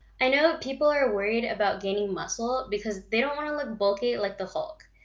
i know people are worried about gaining muscle because they don't want to look bulky like the hulk,